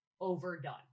overdone